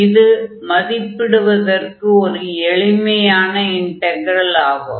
இது மதிப்பிடுவதற்கு ஒரு எளிமையான இன்டக்ரல் ஆகும்